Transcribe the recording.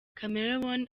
chameleone